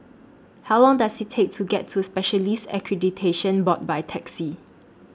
How Long Does IT Take to get to Specialists Accreditation Board By Taxi